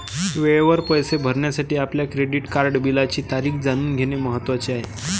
वेळेवर पैसे भरण्यासाठी आपल्या क्रेडिट कार्ड बिलाची तारीख जाणून घेणे महत्वाचे आहे